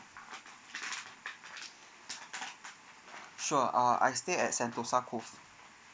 sure uh I stay at sentosa cove